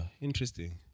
interesting